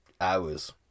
hours